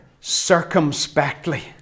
circumspectly